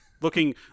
Looking